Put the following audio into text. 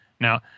Now